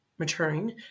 maturing